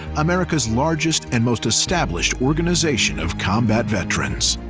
america's largest and most established organization of combat veterans.